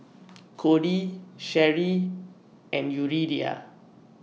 Kody Sherri and Yuridia